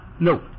No